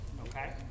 okay